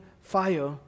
fire